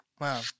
Wow